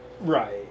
Right